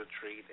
treat